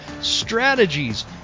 strategies